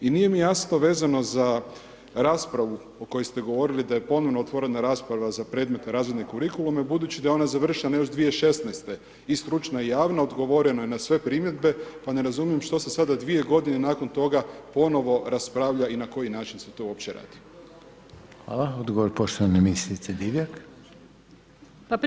I nije mi jasno vezano za raspravu o kojoj ste govorili da je ponovno otvorena rasprava za predmet razred kurikuluma, budući da je ona završena još 2016. i stručna i javna odgovoreno je na sve primjedbe, pa ne razumijem što se sada 2 g. nakon toga, ponovno raspravlja i na koji način se to uopće radi.